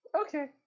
Okay